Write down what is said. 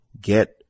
get